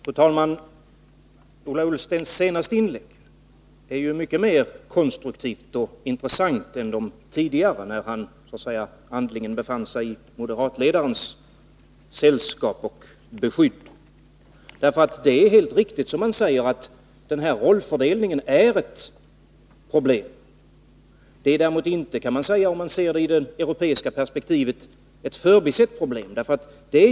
Fru talman! Ola Ullstens senaste inlägg är ju mycket mer konstruktivt och intressant än de tidigare, när han så att säga andligen befann sig i moderatledarens sällskap och under hans beskydd. Det är helt riktigt, som Ola Ullsten säger, att den här rollfördelningen är ett problem. Det är däremot inte, kan man säga, om man ser den i det europeiska perspektivet, ett förbisett problem.